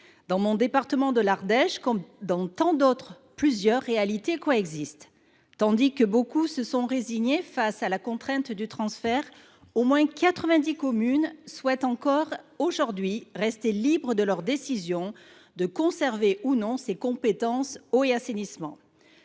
Dans mon département de l’Ardèche, comme dans tant d’autres, plusieurs réalités coexistent. Tandis que beaucoup se sont résignés face à la contrainte du transfert, au moins quatre vingt dix communes souhaitent encore rester libres de prendre la décision de conserver ou non les compétences « eau » et « assainissement